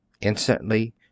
Instantly